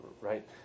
right